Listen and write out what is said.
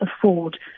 afford